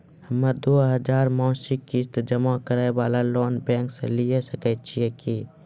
हम्मय दो हजार मासिक किस्त जमा करे वाला लोन बैंक से लिये सकय छियै की?